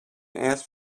ask